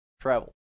travel